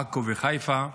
עכו וחיפה,